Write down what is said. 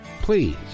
Please